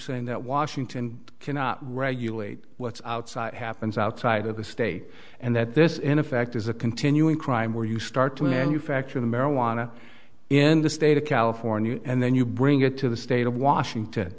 saying that washington cannot regulate what's outside happens outside of the state and that this in effect is a continuing crime where you start to manufacture the marijuana in the state of california and then you bring it to the state of washington